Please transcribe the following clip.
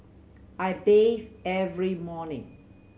I bathe every morning